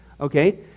okay